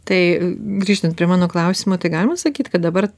tai grįžtant prie mano klausimo tai galima sakyt kad dabar